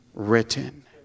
Written